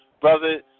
Brother